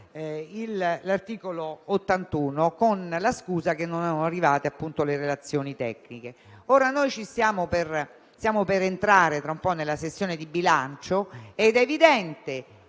dell'articolo 81, con la scusa che non erano arrivate le relazioni tecniche. Noi stiamo per entrare nella sessione di bilancio ed è evidente